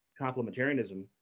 complementarianism